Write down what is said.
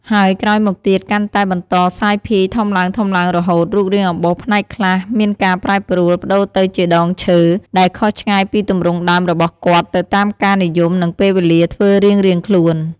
ហើយក្រោយមកទៀតកាន់តែបន្តរសាយភាយធំឡើងៗរហូត រូបរាងអំបោសផ្នែកខ្លះមានការប្រែប្រួល ប្តូរទៅជាដងឈើ ដែលខុសឆ្ងាយពីទំរង់ដើមរបស់គាត់ទៅតាមការនិយមនិងពេលវេលាធ្វើរាងៗខ្លួន។